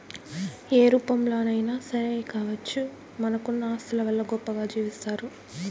ఏ రూపంలోనైనా సరే కావచ్చు మనకున్న ఆస్తుల వల్ల గొప్పగా జీవిస్తారు